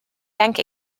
bank